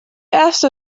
erste